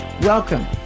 Welcome